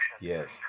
Yes